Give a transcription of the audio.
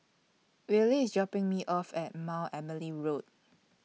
Wylie IS dropping Me off At Mount Emily Road